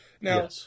Now